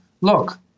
Look